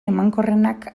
emankorrenak